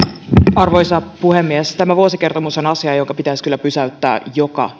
arvoisa puhemies tämä vuosikertomus on asia jonka pitäisi kyllä pysäyttää joka